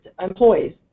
employees